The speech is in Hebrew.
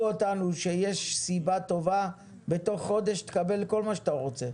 אותנו שיש סיבה טובה מתוך חודש תקבל כל מה שאתה רוצה.